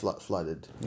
flooded